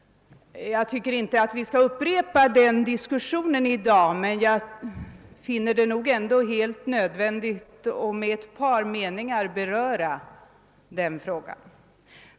Jag tycker inte att vi i dag skall upprepa den diskussionen, men jag finner det nödvändigt att med ett par meningar beröra frågan.